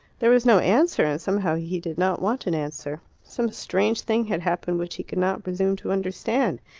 there was no answer, and somehow he did not want an answer. some strange thing had happened which he could not presume to understand.